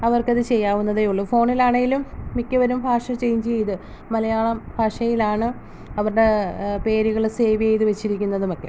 അവർക്കത് ചെയ്യാവുന്നതേ ഉളളൂ ഫോണിൽ ആണെങ്കിലും മിക്കവരും ഭാഷ ചേഞ്ച് ചെയ്ത് മലയാള ഭാഷയിലാണ് അവരുടെ പേരുകൾ സേവ് ചെയ്ത് വെച്ചിരിക്കുന്നതും ഒക്കെ